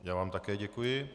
Já vám také děkuji.